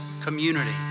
community